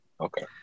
Okay